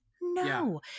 No